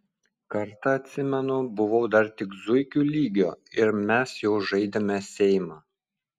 kartą atsimenu buvau dar tik zuikių lygio ir mes jau žaidėme seimą